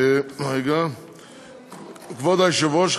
כבוד היושב-ראש,